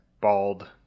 bald